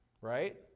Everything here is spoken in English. Right